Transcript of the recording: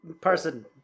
Person